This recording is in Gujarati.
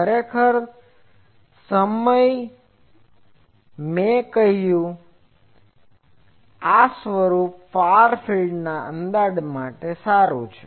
ખરેખર તે સમયે મેં કહ્યું કે આ સ્વરૂપ ફાર ફિલ્ડના અંદાજ માટે સારું છે